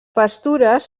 pastures